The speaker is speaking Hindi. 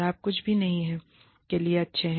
आप कुछ भी नहीं के लिए अच्छे हैं